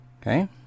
Okay